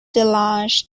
delange